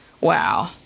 wow